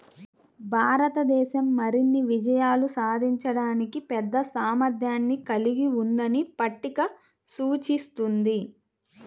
భారతదేశం మరిన్ని విజయాలు సాధించడానికి పెద్ద సామర్థ్యాన్ని కలిగి ఉందని పట్టిక సూచిస్తుంది